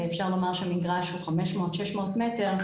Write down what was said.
אפשר לומר שמגרש הוא 500-600 מטר,